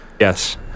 Yes